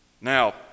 Now